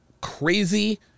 crazy